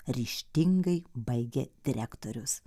ryžtingai baigė direktorius